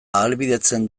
ahalbidetzen